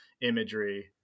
imagery